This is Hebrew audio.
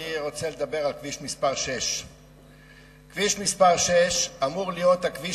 אני רוצה לדבר על כביש 6. כביש 6 אמור להיות הכביש